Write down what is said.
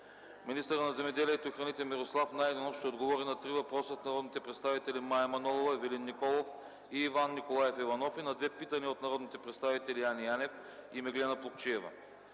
министърът на земеделието и храните Мирослав Найденов ще отговори на три въпроса от народните представители Мая Манолова, Ивелин Николов и Иван Николаев Иванов и на две питания от народните представители Яне Янев и Меглена Плугчиева;